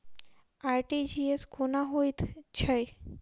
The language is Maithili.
आर.टी.जी.एस कोना होइत छै?